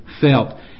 felt